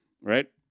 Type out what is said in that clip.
Right